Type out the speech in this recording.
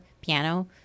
piano